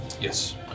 Yes